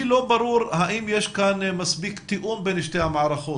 לי לא ברור האם יש כאן מספיק תיאום בין שתי המערכות.